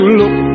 look